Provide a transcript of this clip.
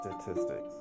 statistics